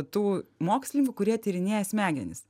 tų mokslininkų kurie tyrinėja smegenis